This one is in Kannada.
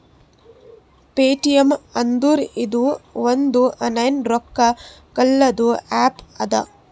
ಪೇಟಿಎಂ ಅಂದುರ್ ಇದು ಒಂದು ಆನ್ಲೈನ್ ರೊಕ್ಕಾ ಕಳ್ಸದು ಆ್ಯಪ್ ಅದಾ